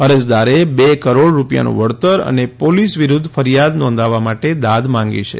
અરજદારે બે કરોડ રૂપિયાનું વળતર અને પોલીસ વિરૂદ્ધ ફરીયાદ નોંધવા માટે દાદ માંગી છે